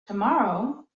tomorrow